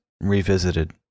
revisited